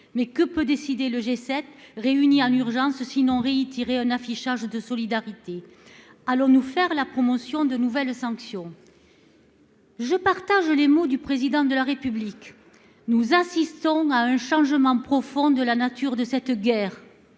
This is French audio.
Mais que peut décider le G7, réuni en urgence, sinon réitérer un affichage de solidarité ? Allons-nous faire la promotion de nouvelles sanctions ? Je partage les mots du Président de la République : nous assistons à un changement profond de la nature de cette guerre,